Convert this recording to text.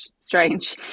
strange